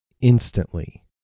instantly